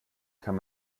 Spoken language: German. kann